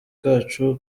kacu